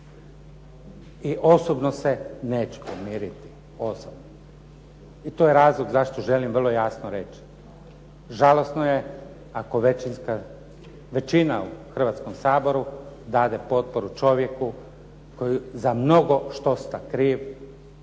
I osobno se neću pomiriti, osobno. I to je razlog zašto želim vrlo jasno reći. Žalosno je ako većinska većina u Hrvatskom saboru dade potporu čovjeku koji je za mnogo što šta kriv,